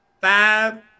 five